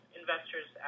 investors